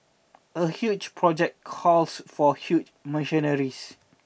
a huge project calls for huge machineries